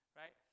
right